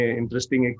interesting